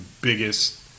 biggest